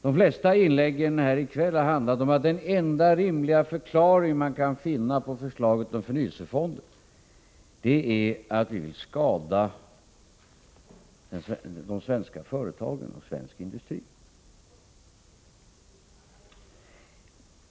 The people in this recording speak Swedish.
De flesta inläggen här i kväll har handlat om att den enda rimliga förklaring man kan finna till förslaget om förnyelsefonder är att vi vill skada de svenska företagen och svensk industri.